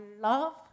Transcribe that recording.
love